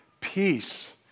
peace